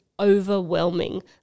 overwhelming